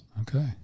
Okay